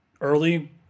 early